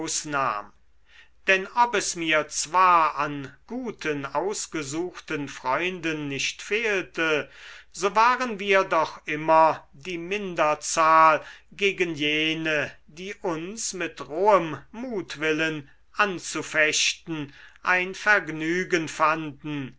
denn ob es mir zwar an guten ausgesuchten freunden nicht fehlte so waren wir doch immer die minderzahl gegen jene die uns mit rohem mutwillen anzufechten ein vergnügen fanden